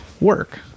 work